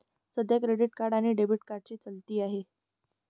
सध्या credit card आणि debit कार्डची चलती आहे